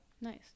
Nice